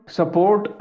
support